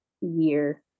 year